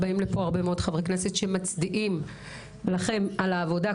באים לפה הרבה מאוד חברי כנסת שמצדיעים לכם על העבודה,